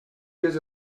years